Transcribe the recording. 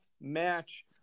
match